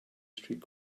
street